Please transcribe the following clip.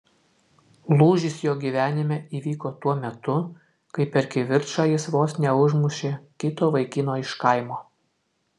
lūžis jo gyvenime įvyko tuo metu kai per kivirčą jis vos neužmušė kito vaikino iš kaimo